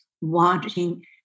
wanting